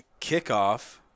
kickoff